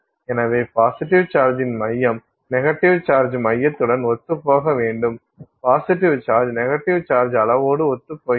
எனவே பாசிட்டிவ் சார்ஜின் மையம் நெகட்டிவ் சார்ஜின் மையத்துடன் ஒத்துப்போக வேண்டும் பாசிட்டிவ் சார்ஜ நெகட்டிவ் சார்ஜின் அளவோடு ஒத்துப்போகிறது